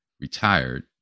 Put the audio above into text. retired